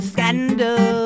Scandal